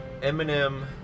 Eminem